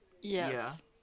Yes